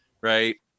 right